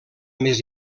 més